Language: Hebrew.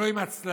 לא עם הצללה,